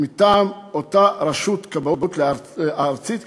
אותה רשות כבאות ארצית,